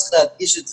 צריך להדגיש את זה,